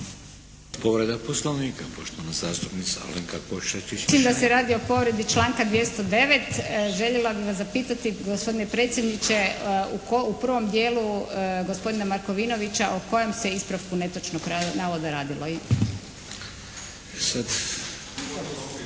… /Govornika se ne razumije./ … da se radi o povredi članka 209. željela bih vas zapitati gospodine predsjedniče u prvom dijelu gospodina Markovinovića o kojem se ispravku netočnog navoda radilo i?